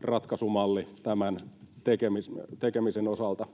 ratkaisumalli tämän tekemisen osalta.